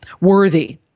worthy